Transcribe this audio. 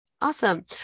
Awesome